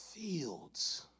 fields